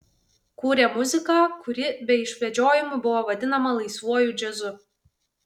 kūrė muziką kuri be išvedžiojimų buvo vadinama laisvuoju džiazu